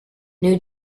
new